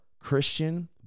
Christian